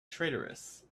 traitorous